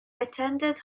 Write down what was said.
attended